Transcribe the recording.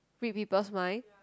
read people's mind